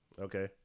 Okay